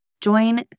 Join